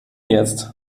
jetzt